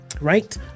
right